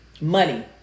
money